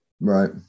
Right